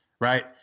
right